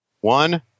One